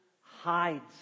hides